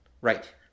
Right